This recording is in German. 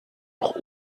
auch